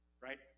right